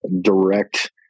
direct